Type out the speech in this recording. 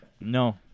No